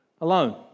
Alone